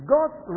God's